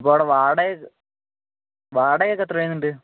അപ്പം അവിടെ വാടക വാടക ഒക്കെ എത്രയാകുന്നുണ്ട്